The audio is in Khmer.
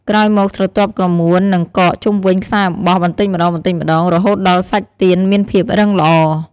ក្រោយមកស្រទាប់ក្រមួននឹងកកជុំវិញខ្សែអំបោះបន្តិចម្ដងៗ រហូតដល់សាច់ទៀនមានភាពរឹងល្អ។